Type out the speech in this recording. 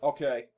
Okay